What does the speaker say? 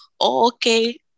Okay